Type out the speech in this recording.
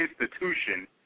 institution